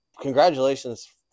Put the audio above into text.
congratulations